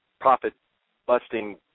profit-busting